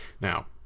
Now